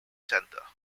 centre